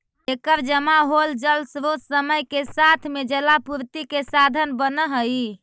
एकर जमा होल जलस्रोत समय के साथ में जलापूर्ति के साधन बनऽ हई